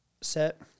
set